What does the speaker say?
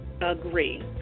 Agree